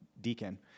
deacon